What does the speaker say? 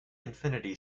infinity